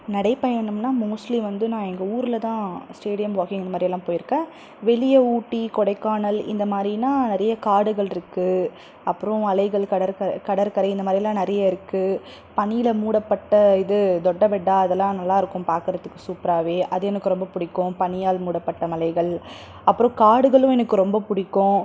நடைப்பயணம்னால் mostly வந்து நான் எங்கள் ஊரில்தான் ஸ்டேடியம் வாக்கிங் இந்தமாதிரிலா போயிருக்கேன் வெளியே ஊட்டி கொடைக்கானல் இந்த மாதிரினா நிறைய காடுகளிருக்கு அப்புறோம் அலைகள் கடற்க கடற்கரை இந்த மாதிரிலாம் நிறையே இருக்குது பனியில் மூடப்பட்ட இது தொட்டபெட்டா இதெலாம் நல்லாயிருக்கும் பாக்கறதுக்கு சூப்பராவே அது எனக்கு ரொம்ப பிடிக்கும் பனியால் மூடப்பட்ட மலைகள் அப்புறோம் காடுகளும் எனக்கு ரொம்ப பிடிக்கும்